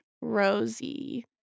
rosie